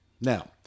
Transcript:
Now